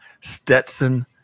Stetson